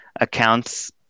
accounts